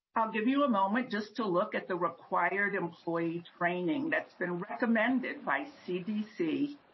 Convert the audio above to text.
i'll give you a moment just to look at the required employee training that's been recommended by cdc,